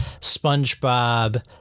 SpongeBob